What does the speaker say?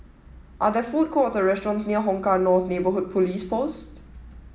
are there food courts or restaurants near Hong Kah North Neighbourhood Police Post